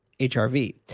HRV